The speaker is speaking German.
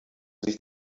sich